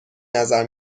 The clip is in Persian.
نظر